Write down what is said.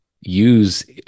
use